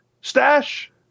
stash